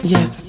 Yes